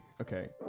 Okay